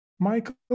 Michael